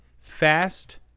fast